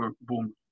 boom